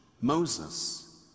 Moses